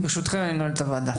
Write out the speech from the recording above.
ברשותכם אני נועל את הוועדה.